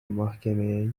mahkemeye